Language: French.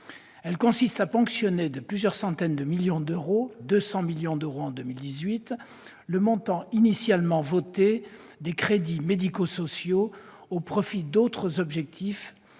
consiste à ponctionner de plusieurs centaines de millions d'euros- 200 millions d'euros en 2018 -le montant initialement voté des crédits médico-sociaux au profit d'autres objectifs